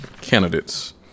candidates